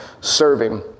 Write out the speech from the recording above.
serving